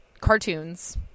cartoons